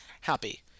happy